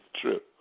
true